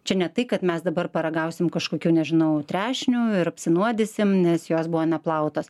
čia ne tai kad mes dabar paragausim kažkokio nežinau trešnių ir apsinuodysim nes jos buvo nuplautos